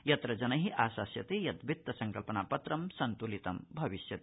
यत्र जनै आशास्यते यत् वित्त संकल्पना पत्रं सन्त्लितं भविष्यति